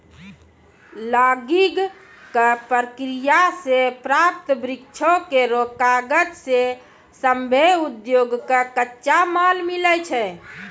logging क प्रक्रिया सें प्राप्त वृक्षो केरो कागज सें सभ्भे उद्योग कॅ कच्चा माल मिलै छै